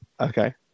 Okay